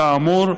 כאמור,